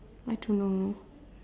I don't know